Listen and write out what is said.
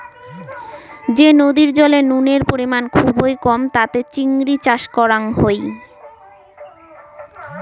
যে নদীর জলে নুনের পরিমাণ খুবই কম তাতে চিংড়ি চাষ করাং হই